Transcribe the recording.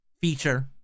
feature